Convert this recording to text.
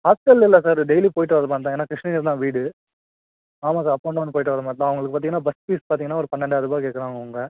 hostel இல்லை sir daily போயிட்டு வர மாதிரி தான் ஏன்னா கிருஷ்ணகிரி தான் வீடு ஆமாம் சார் அப் அண்ட் டௌன் போயிட்டு வர மாதிரி தான் அவங்களுக்கு பார்த்திங்கன்னா பஸ் ஃபீஸ் பார்த்திங்கன்னா ஒரு பன்னெண்டாயர்ரூபா கேட்குறாணுவோ அவங்க